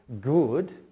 good